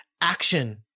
action